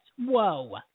Whoa